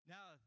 Now